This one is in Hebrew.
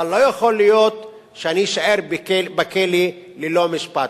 אבל לא יכול להיות שאני אשאר בכלא ללא משפט.